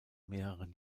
mehreren